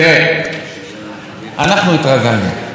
תראה, אנחנו התרגלנו,